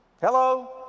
hello